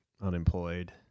unemployed